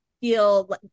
feel